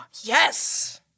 Yes